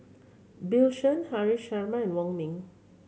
Bill Chen Haresh Sharma and Wong Ming